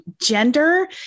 gender